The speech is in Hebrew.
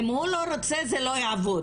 אם הוא לא רוצה זה לא יעבוד,